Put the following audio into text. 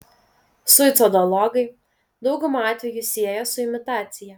suicidologai daugumą atvejų sieja su imitacija